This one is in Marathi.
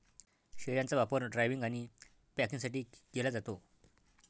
शेळ्यांचा वापर ड्रायव्हिंग आणि पॅकिंगसाठी केला जातो